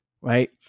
right